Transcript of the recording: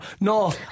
No